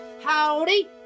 Howdy